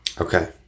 Okay